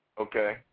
Okay